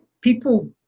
people